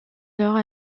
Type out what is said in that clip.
alors